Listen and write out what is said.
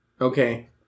Okay